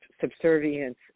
subservience